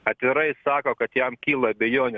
atvirai sako kad jam kyla abejonių